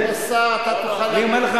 כבוד השר, כבוד השר, אתה תוכל, אתם.